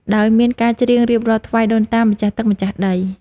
ដោយមានការច្រៀងរៀបរាប់ថ្វាយដូនតា ម្ចាស់ទឹក ម្ចាស់ដី។